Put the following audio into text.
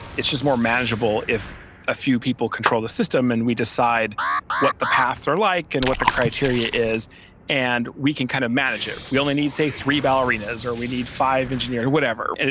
it's just more manageable if a few people control the system and we decide what the paths are like and what the criteria is and we can kind of manage it. we only need say three ballerinas or we need five engineers or whatever.